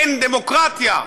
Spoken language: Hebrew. אין דמוקרטיה,